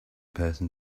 person